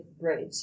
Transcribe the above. bridge